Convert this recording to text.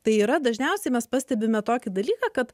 tai yra dažniausiai mes pastebime tokį dalyką kad